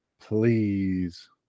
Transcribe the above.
Please